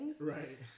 Right